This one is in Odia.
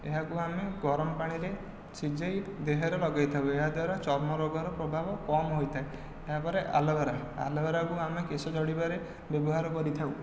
ଏହାକୁ ଆମେ ଗରମ ପାଣିରେ ଶିଝେଇ ଦେହରେ ଲଗାଇଥାଉ ଏହାଦ୍ୱାରା ଚର୍ମ ରୋଗର ପ୍ରଭାବ କମ ହୋଇଥାଏ ଏହାପରେ ଆଲୋଭେରା ଆଲୋଭେରାକୁ ଆମେ କେଶ ଝଡ଼ିବାରେ ବ୍ୟବହାର କରିଥାଉ